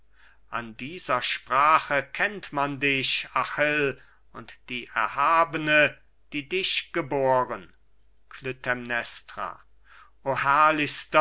an dieser sprache kennt man dich achill und die erhabene die dich geboren klytämnestra o